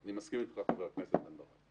אני מסכים איתך, חבר הכנסת בן ברק.